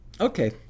Okay